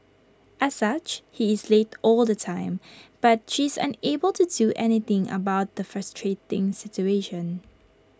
as such he is late all the time but she is unable to do anything about the frustrating situation